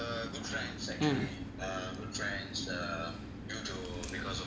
mm